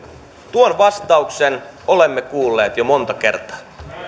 tuon vastauksen olemme kuulleet jo monta kertaa